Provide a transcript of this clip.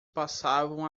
passavam